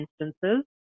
instances